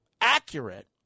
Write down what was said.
accurate